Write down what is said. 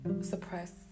suppress